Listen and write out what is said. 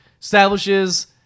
establishes